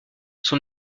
son